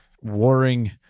warring